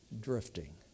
drifting